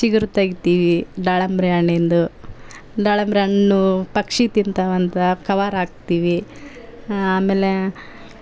ಚಿಗುರು ತೆಗಿತೀವಿ ದಾಳಿಂಬೆ ಹಣ್ಣಿಂದು ದಾಳಿಂಬೆ ಹಣ್ಣೂ ಪಕ್ಷಿ ತಿಂತಾವೆ ಅಂತ ಕವರ್ ಹಾಕ್ತೀವಿ ಆಮೇಲೇ